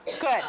Good